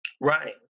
Right